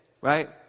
right